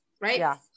right